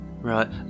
right